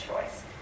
choice